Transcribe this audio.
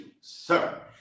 sir